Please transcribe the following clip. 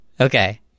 Okay